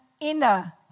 inner